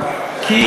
את הבקבוקים.